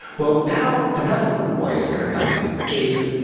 well, now another little boy is going to come in, jason.